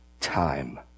time